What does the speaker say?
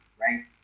right